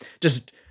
just-